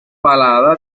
balada